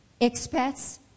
Expats